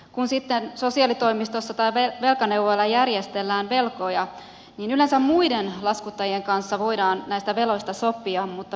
kun sitten sosiaalitoimistossa tai velkaneuvojalla järjestellään velkoja niin yleensä muiden laskuttajien kanssa voidaan näistä veloista sopia mutta pikavippifirmojen kanssa ei